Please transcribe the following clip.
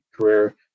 career